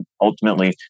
ultimately